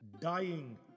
dying